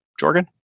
Jorgen